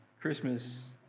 Christmas